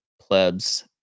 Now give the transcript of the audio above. plebs